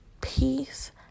Peace